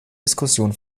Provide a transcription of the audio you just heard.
diskussion